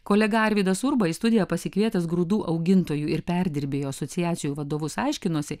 kolega arvydas urba į studiją pasikvietęs grūdų augintojų ir perdirbėjų asociacijų vadovus aiškinosi